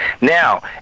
Now